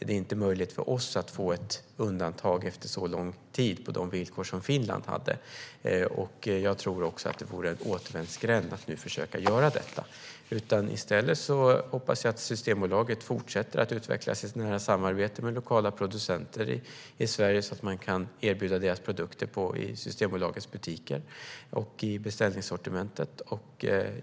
Det är inte möjligt för oss att få ett undantag efter så lång tid på de villkor som Finland hade vid sitt inträde. Jag tror också att det vore en återvändsgränd att nu försöka göra detta. I stället hoppas jag att Systembolaget fortsätter att utveckla sitt nära samarbete med lokala producenter i Sverige så att man kan erbjuda deras produkter i sina butiker och i beställningssortimentet.